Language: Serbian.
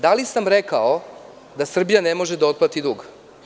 Da li sam rekao da Srbija ne može da otplati dug?